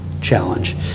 challenge